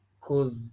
cause